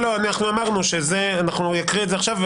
אמרנו שהוא יקרא את זה עכשיו,